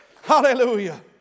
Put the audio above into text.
Hallelujah